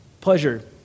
pleasure